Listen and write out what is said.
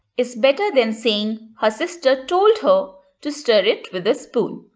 it's better than saying her sister told her to stir it with a spoon.